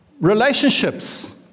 relationships